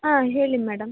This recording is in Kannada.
ಹಾಂ ಹೇಳಿ ಮೇಡಮ್